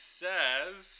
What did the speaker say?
says